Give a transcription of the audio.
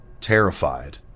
Terrified